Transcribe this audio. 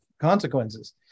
consequences